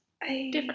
different